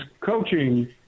coaching